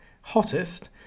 hottest